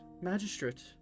Magistrate